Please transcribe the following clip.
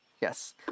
yes